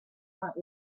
aunt